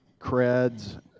creds